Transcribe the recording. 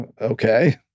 okay